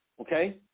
Okay